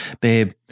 babe